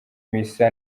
misa